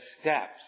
steps